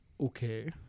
okay